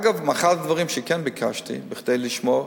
אגב, אחד הדברים שכן ביקשתי, בכדי לשמור: